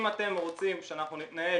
אם אתם רוצים שאנחנו נתנהל